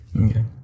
Okay